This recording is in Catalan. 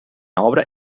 obra